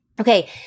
Okay